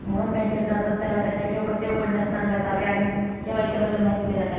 मोहन बँकेत जाताच त्याला त्याचे ठेव खाते उघडण्यास सांगण्यात आले आणि के.वाय.सी बद्दल माहिती देण्यात आली